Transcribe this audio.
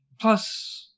plus